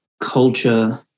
culture